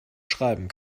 schreiben